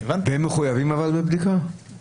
אתם בודקים את